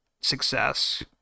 success